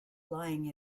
lying